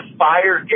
fire